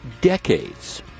decades